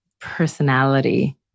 personality